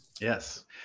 Yes